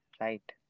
right